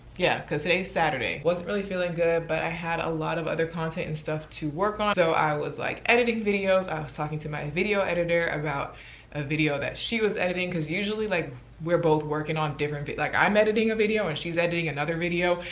yeah, cause today's saturday. wasn't really feeling good but i had a lot of other content and stuff to work on. so, i was like editing videos, i was talking to my and video editor about a video that she was editing, cause usually like we're both working on different things. but like i'm editing a video and she's editing another video,